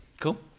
Cool